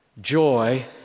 joy